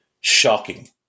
shocking